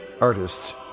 Artists